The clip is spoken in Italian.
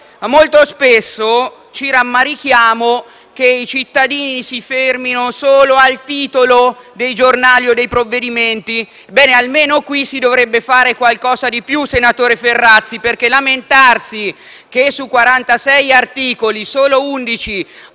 Molto spesso ci rammarichiamo che i cittadini si fermino solo al titolo dei giornali o dei provvedimenti. Ebbene, almeno qui si dovrebbe fare qualcosa di più, senatore Ferrazzi, perché lamentarsi che su 46 articoli solo 11